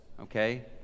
okay